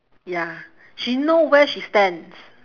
ya she know where she stands